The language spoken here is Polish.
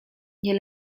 nie